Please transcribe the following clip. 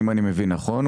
אם אני מבין נכון,